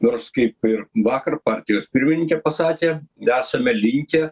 nors kaip ir vakar partijos pirmininkė pasakė same linkę